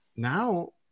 Now